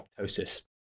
apoptosis